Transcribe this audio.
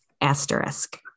asterisk